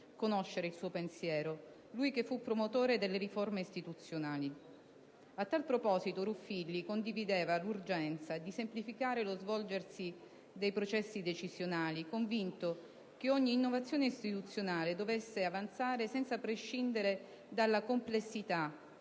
conoscere il suo pensiero, di lui che fu promotore delle riforme istituzionali. A tal proposito, Ruffilli condivideva l'urgenza di semplificare lo svolgersi dei processi decisionali, convinto che ogni innovazione istituzionale dovesse avanzare senza prescindere dalla "complessità"